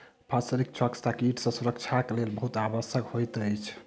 फसीलक स्वच्छता कीट सॅ सुरक्षाक लेल बहुत आवश्यक होइत अछि